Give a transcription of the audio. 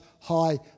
high